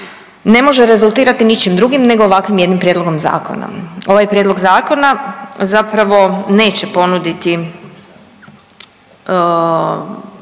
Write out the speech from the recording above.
ne može rezultirati ničim drugim nego ovakvim jednim prijedlogom zakona. Ovaj prijedlog zakona zapravo neće ponuditi